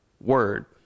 word